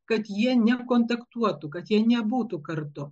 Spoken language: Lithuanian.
kad jie nekontaktuotų kad jie nebūtų kartu